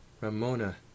Ramona